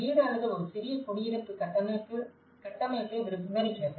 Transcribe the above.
வீடு அல்லது ஒரு சிறிய குடியிருப்பு கட்டமைப்பை விவரிக்கிறது